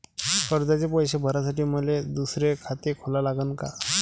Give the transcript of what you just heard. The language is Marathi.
कर्जाचे पैसे भरासाठी मले दुसरे खाते खोला लागन का?